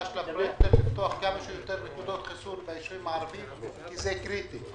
לפתוח כמה שיותר נקודות חיסון בישובים הערבים כי זה קריטי.